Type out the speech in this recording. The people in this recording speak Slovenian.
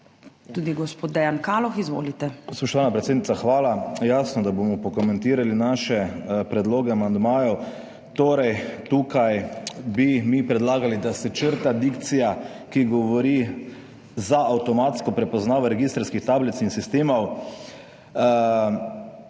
Tudi gospod Dejan Kaloh. Izvolite.